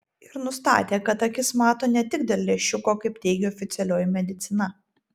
ir nustatė kad akis mato ne tik dėl lęšiuko kaip teigia oficialioji medicina